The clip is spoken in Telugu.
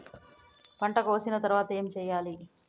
పంట కోసిన తర్వాత ఏం చెయ్యాలి?